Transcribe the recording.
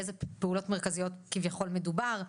באילו פעולות מרכזיות כביכול מדובר,